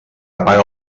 apaga